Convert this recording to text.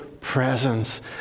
presence